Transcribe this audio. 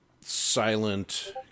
silent